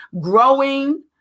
growing